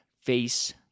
Face